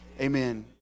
Amen